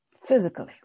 physically